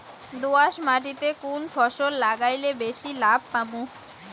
দোয়াস মাটিতে কুন ফসল লাগাইলে বেশি লাভ পামু?